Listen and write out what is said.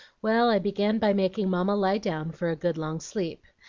well, i began by making mamma lie down for a good long sleep.